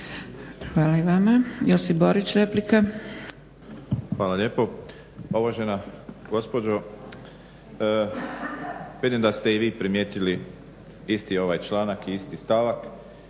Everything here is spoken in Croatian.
Hvala i vama. Josip Borić, replika. **Borić, Josip (HDZ)** Hvala lijepo. Uvažena gospođo, vidim da ste i vi primijetili isti ovaj članak i isti stavak